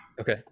Okay